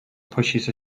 pushes